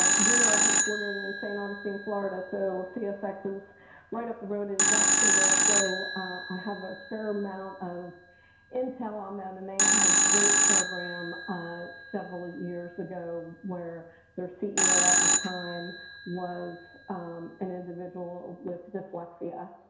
ah we are headquartered in st. augustine, florida. so csx is right up the road in jacksonville. so i have a fair amount of intel on them. and they had a great program ah several years ago where their ceo at the time was an individual with dyslexia.